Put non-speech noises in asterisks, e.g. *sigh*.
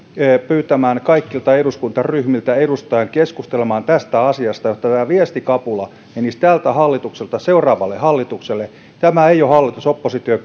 pyytämään kaikilta eduskuntaryhmiltä edustajan keskustelemaan tästä asiasta jotta tämä viestikapula menisi tältä hallitukselta seuraavalle hallitukselle tämä ei ole hallitus oppositio *unintelligible*